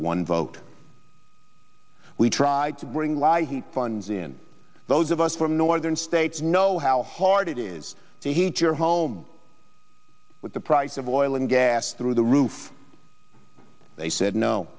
one vote we tried to bring lie he funds in those of us from northern states know how hard it is to heat your home with the price of oil and gas through the roof they said no